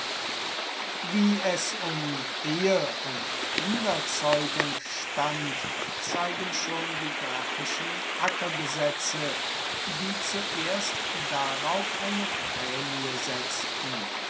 wie es um ehe und kinderzeugung stand zeigen schon die gracchischen ackergesetze die zuerst darauf eine prämie setzten